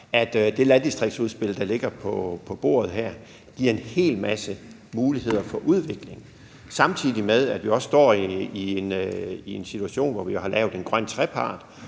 at det landdistriktsudspil, der ligger på bordet, giver en hel masse muligheder for udvikling, samtidig med vi også står i en situation, hvor vi har lavet en grøn trepart,